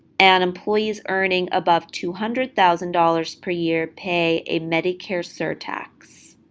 and employees earning above two hundred thousand dollars per year pay a medicare surtax.